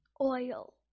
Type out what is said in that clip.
Oil